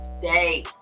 day